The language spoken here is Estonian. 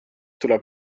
tuleb